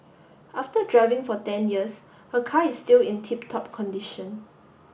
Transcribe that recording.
after driving for ten years her car is still in tip top condition